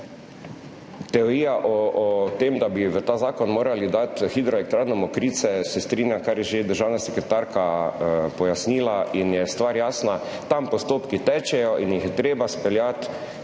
Teorija o tem, da bi v ta zakon morali dati Hidroelektrarno Mokrice, se strinjam, kar je pojasnila že državna sekretarka in je stvar jasna. Tam postopki tečejo in jih je treba speljati